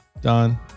Done